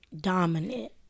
dominant